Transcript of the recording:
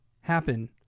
happen